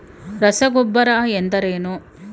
ರಸಗೊಬ್ಬರ ಎಂದರೇನು?